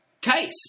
case